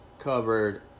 Covered